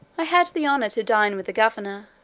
i had the honour to dine with the governor,